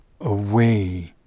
away